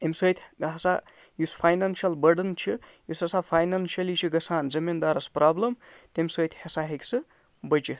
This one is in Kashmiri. اَمہِ سۭتۍ ہسا یُس فاینانشَل بٔرڈٕن چھِ یُس ہسا فایناشٔلی چھُ گژھان زٔمیٖندارَس پرٛابلِم تَمہِ سۭتۍ ہسا ہیٚکہِ سُہ بٔچتھ